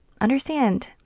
understand